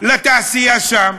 לתעשייה שם,